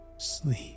Sleep